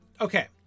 okay